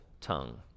tongue